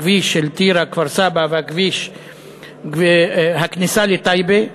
הכביש של טירה כפר-סבא והכניסה לטייבה.